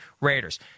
Raiders